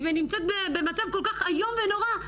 היא נמצאת במצב כל כך איום ונורא,